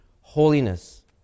holiness